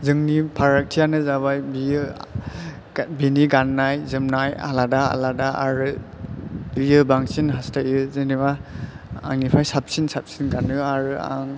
जोंनि फारागथियानो जाबाय बियो बिनि गान्नाय जोमनाय आलादा आलादा आरो बियो बांसिन हास्थायो जेन'बा आंनिफ्राय साबसिन साबसिन गान्नो आरो आं